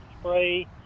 spray